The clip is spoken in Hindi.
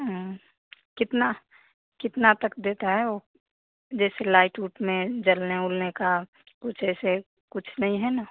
कितना कितना तक देता है वह जैसे लाइट उट में जलने उलने का कुछ ऐसे कुछ नहीं है ना